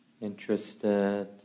interested